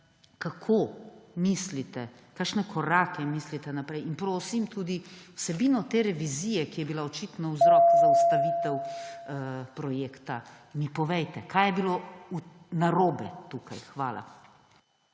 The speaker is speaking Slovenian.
ta problem? Kakšne korake mislite naprej? In prosim tudi vsebino te revizije, ki je bila očitno vzrok za ustavitev projekta, mi povejte: Kaj je bilo narobe v